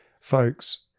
Folks